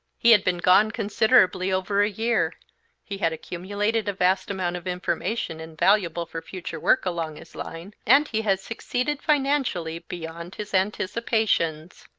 he had been gone considerably over a year he had accumulated a vast amount of information invaluable for future work along his line, and he had succeeded financially beyond his anticipations.